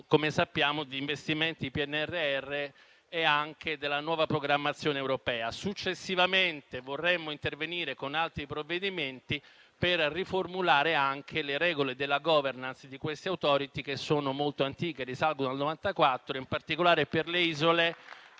come sappiamo, di investimenti del PNRR e della nuova programmazione europea. Successivamente vorremmo intervenire con altri provvedimenti per riformulare anche le regole della *governance* di queste *authority* che sono molto antiche (risalgono al 1994). In particolare, almeno per le isole,